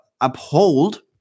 uphold